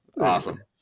Awesome